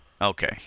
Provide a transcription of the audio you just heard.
Okay